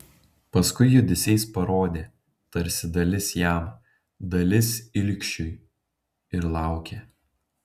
paskui judesiais parodė tarsi dalis jam dalis ilgšiui ir laukė